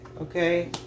okay